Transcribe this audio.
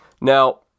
Now